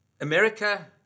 America